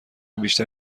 بیشتر